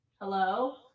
Hello